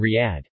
Riyadh